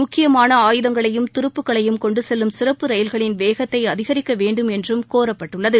முக்கியமான ஆயுதங்களையும் துருப்புக்களையும் கொண்டு செல்லும் சிறப்பு ரயில்களின் வேகத்தை அதிகரிக்க வேண்டும் என்றும் கோரப்பட்டுள்ளது